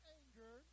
anger